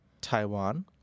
Taiwan